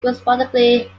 correspondingly